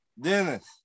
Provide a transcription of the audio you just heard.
Dennis